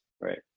right